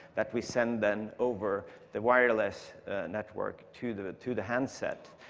that we send, then, over the wireless network to the to the handset.